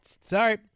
Sorry